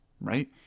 right